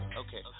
okay